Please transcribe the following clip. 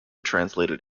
translated